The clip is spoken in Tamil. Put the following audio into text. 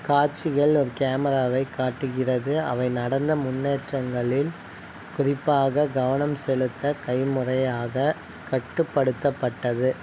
காட்சிகள் ஒரு கேமராவைக் காட்டுகிறது அவை நடந்த முன்னேற்றங்களில் குறிப்பாக கவனம் செலுத்த கைமுறையாகக் கட்டுப்படுத்தப்பட்டது